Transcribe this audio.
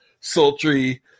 sultry